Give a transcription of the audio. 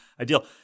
ideal